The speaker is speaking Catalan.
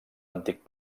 antic